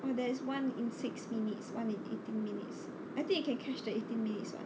!wah! there's one in six minutes one in eighteen minutes I think you can catch the eighteen minutes [one]